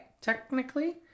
Technically